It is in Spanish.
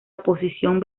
oposición